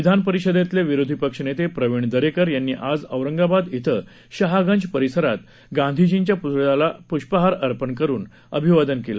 विधान परिषदेतले विरोधी पक्षनेते प्रविण दरेकर यांनी आज औरंगाबाद इथं शहागंज परिसरात गांधीजींच्या पुतळ्याला पुष्पहार अर्पण करुन अभिवादन केलं